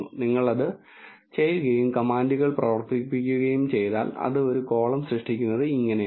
നിങ്ങൾ അത് ചെയ്യുകയും കമാൻഡുകൾ പ്രവർത്തിപ്പിക്കുകയും ചെയ്താൽ അത് ഒരു കോളം സൃഷ്ടിക്കുന്നത് ഇങ്ങനെയാണ്